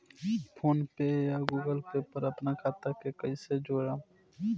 PhonePe या Google Pay पर अपना खाता के कईसे जोड़म?